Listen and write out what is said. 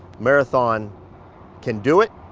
marathon can do it.